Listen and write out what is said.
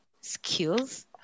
skills